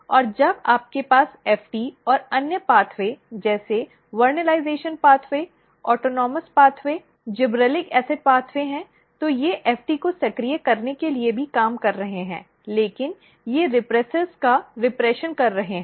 और जब आपके पास FT और अन्य मार्ग जैसे vernalisation pathway autonomous pathway gibberellic acid मार्ग हैं तो वे FT को सक्रिय करने के लिए भी काम कर रहे हैं लेकिन ये रीप्रिशर्स का रीप्रिशन कर रहे हैं